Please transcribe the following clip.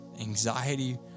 anxiety